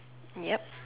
yeap